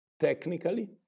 technically